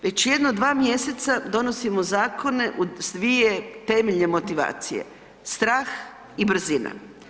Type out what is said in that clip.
Već jedno dva mjeseca donosimo zakone s dvije temeljne motivacije, strah i brzina.